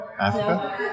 Africa